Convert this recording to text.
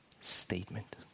statement